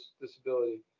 disability